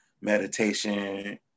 meditation